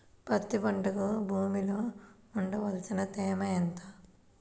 పత్తి పంటకు భూమిలో ఉండవలసిన తేమ ఎంత?